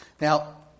Now